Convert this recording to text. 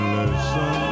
listen